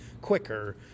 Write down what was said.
quicker